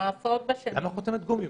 למה חותמת גומי?